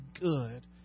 good